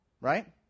right